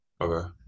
Okay